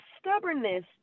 stubbornness